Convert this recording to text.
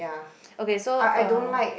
okay so uh